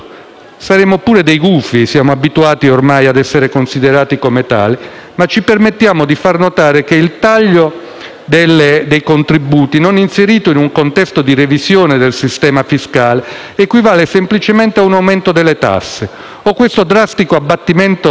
Saremo pure dei gufi - e siamo abituati ormai a essere considerati come tali - ma ci permettiamo di far notare che il taglio dei contributi, non inserito in un contesto di revisione del sistema fiscale, equivale semplicemente a un aumento delle tasse. O questo drastico abbattimento viene